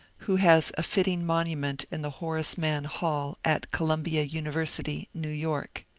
who has a fitting monument in the horace mann hall at columbia university, new york.